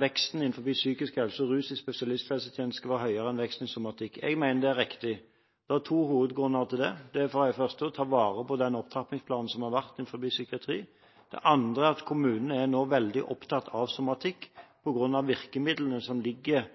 veksten innenfor psykisk helse og rus i spesialisthelsetjenesten skal være høyere enn veksten i somatikk. Jeg mener det er riktig. Det er to hovedgrunner til det. Det er for det første å ta vare på den opptrappingsplanen som har vært innen psykiatri. Det andre er at kommunene nå er veldig opptatt av somatikk, på grunn av virkemidlene som ligger